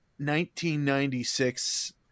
1996